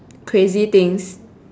crazy things